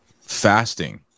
fasting